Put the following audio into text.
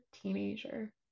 teenager